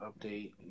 Update